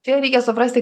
čia reikia suprasti